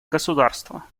государство